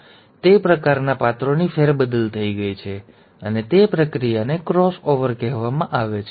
તેથી તે પ્રકારના પાત્રોની ફેરબદલ થઈ છે અને તે પ્રક્રિયાને ક્રોસ ઓવર કહેવામાં આવે છે